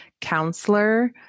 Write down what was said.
counselor